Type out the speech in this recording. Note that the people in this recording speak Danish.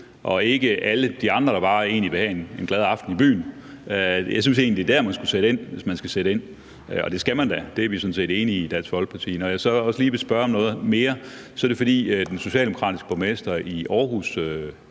og ikke alle de andre, der egentlig bare vil have en glad aften i byen. Jeg synes egentlig, det er der, man skal sætte ind, hvis man skal sætte ind. Og det skal man da – det er vi sådan set enige i i Dansk Folkeparti. Når jeg så også lige vil spørge om noget mere, er det, fordi den socialdemokratiske borgmester i Aarhus,